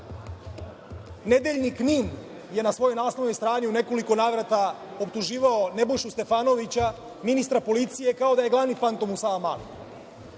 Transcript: delu. Nedeljnik „NIN“ je na svojoj naslovnoj strani u nekoliko navrata optuživao Nebojšu Stefanovića, ministra policije kao da je glavni fantom u Savamali.